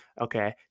Okay